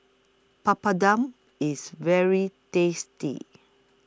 Papadum IS very tasty